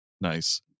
Nice